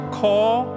call